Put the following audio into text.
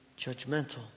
judgmental